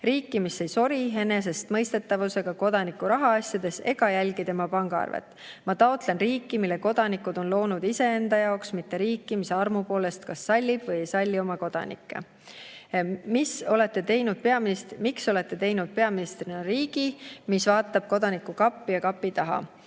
Riiki, mis ei sori enesestmõistetavusega Kodaniku rahaasjades ega jälgi tema pangaarvet. Ma taotlen riiki, mille Kodanikud on loonud iseenda jaoks, mitte riiki, mis armu poolest kas sallib või ei salli oma Kodanikke." Miks te olete teinud peaministrina riigi, mis vaatab kodaniku kappi ja kapi taha